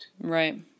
Right